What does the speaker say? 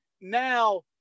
now